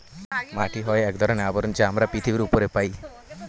মাটি হয় এক ধরনের আবরণ যা আমরা পৃথিবীর উপরে পায়